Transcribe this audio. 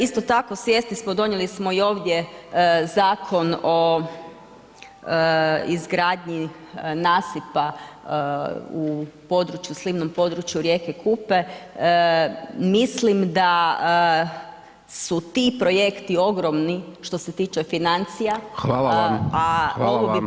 Isto tako svjesni smo, donijeli smo i ovdje Zakon o izgradnji nasipa u području, slivnom području rijeke Kupe, mislim da su ti projekti ogromni što se tiče financija a ovo bi bilo puno manje.